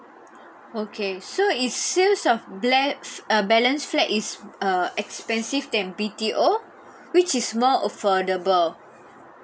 okay so is sale of balance uh balance flat is uh expensive than B_T_O which is more affordable